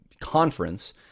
conference